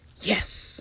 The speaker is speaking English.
Yes